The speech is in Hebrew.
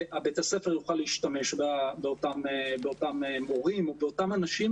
שבית הספר יוכל להשתמש באותם מורים או באותם אנשים